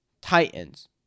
Titans